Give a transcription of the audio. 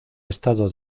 estado